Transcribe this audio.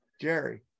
Jerry